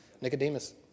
Nicodemus